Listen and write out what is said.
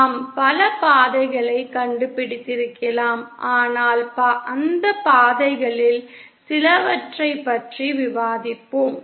நாம் பல பாதைகளைக் கண்டுபிடித்திருக்கலாம் அந்த பாதைகளில் சிலவற்றைப் பற்றி விவாதிப்போம்